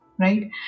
Right